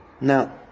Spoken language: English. Now